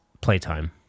playtime